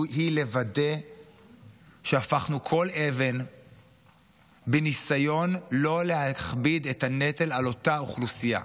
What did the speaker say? היא לוודא שהפכנו כל אבן בניסיון לא להכביד את הנטל על אותה אוכלוסייה,